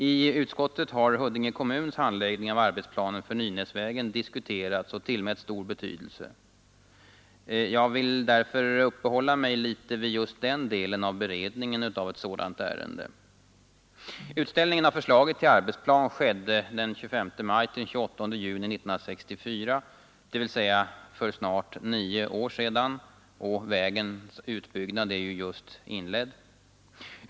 I utskottet har Huddinge kommuns handläggning av arbetsplanen för Nynäsvägen diskuterats och tillmätts stor betydelse. Jag vill därför uppehålla mig litet vid just den delen av beredningen av ett sådant ärende. Utställningen av förslaget till arbetsplan skedde den 25 maj—28 juni 1964, dvs. för snart nio år sedan. Vägens utbyggnad är ju just inledd.